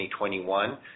2021